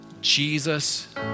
Jesus